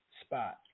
spot